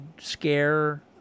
scare